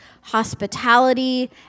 hospitality